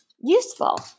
useful